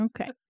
Okay